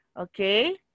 Okay